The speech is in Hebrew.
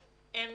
הן